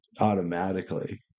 automatically